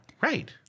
Right